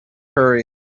hurry